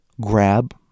Grab